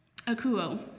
Akuo